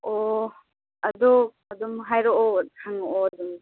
ꯑꯣ ꯑꯗꯣ ꯑꯗꯨꯝ ꯍꯥꯏꯔꯛꯑꯣ ꯍꯪꯉꯛꯑꯣ ꯑꯗꯨꯝ